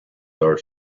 are